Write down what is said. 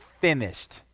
finished